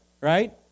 right